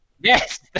Yes